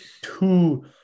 two